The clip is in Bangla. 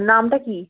নামটা কী